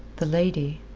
the lady,